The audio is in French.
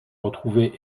retrouvés